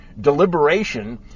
deliberation